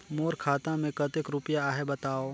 मोर खाता मे कतेक रुपिया आहे बताव?